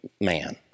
man